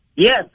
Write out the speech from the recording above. Yes